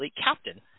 captain